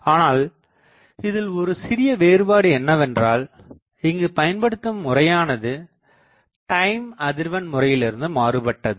ஆனால் இதில் ஒருசிறிய வேறுபாடு என்னவென்றால் இங்குப் பயன்படுத்தும் முறையானது டைம் அதிர்வெண் முறையிலிருந்து மாறுபட்டது